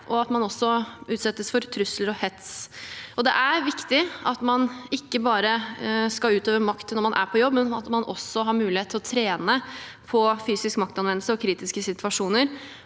og at man også utsettes for trusler og hets. Det er viktig at man ikke bare skal utøve makt når man er på jobb, men at man også har mulighet til å trene på fysisk maktanvendelse og kritiske situasjoner